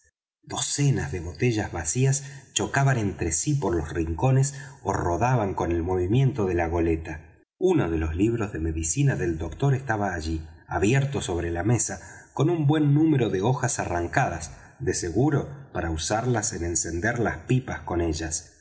docenas de botellas vacías chocaban entre sí por los rincones ó rodaban con el movimiento de la goleta uno de los libros de medicina del doctor estaba allí abierto sobre la mesa con un buen número de hojas arrancadas de seguro para usarlas en encender las pipas con ellas